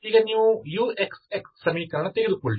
ಈಗ ನೀವು uxx ಸಮೀಕರಣವನ್ನು ತೆಗೆದುಕೊಳ್ಳಿ